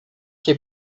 que